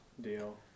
deal